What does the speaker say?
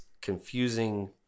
confusing